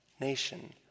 nation